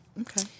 Okay